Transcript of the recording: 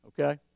Okay